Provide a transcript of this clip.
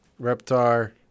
Reptar